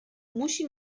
musi